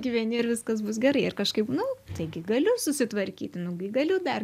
gyveni ir viskas bus gerai ir kažkaip nu taigi galiu susitvarkyt nu gi galiu dar